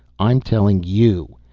i'm telling you.